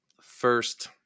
first